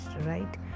right